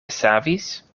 savis